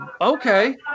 Okay